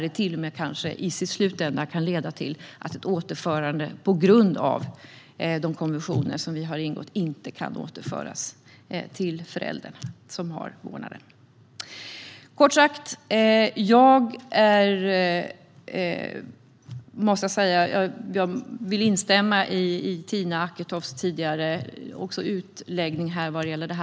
I slutändan kan detta till och med leda till att ett återförande inte kan göras till den förälder som har vårdnaden på grund av de konventioner som vi har ingått. Jag vill kort sagt instämma i Tina Acketofts utläggning av detta ärende.